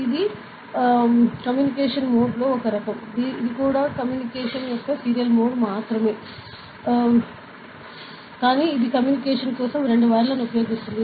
ఇది communication mode లో ఒక రకం ఇది కూడా కమ్యూనికేషన్ యొక్క సీరియల్ మోడ్ మాత్రమే కానీ ఇది కమ్యూనికేషన్ కోసం 2 వైర్లను ఉపయోగిస్తుంది